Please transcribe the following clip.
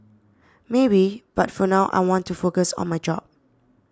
maybe but for now I want to focus on my job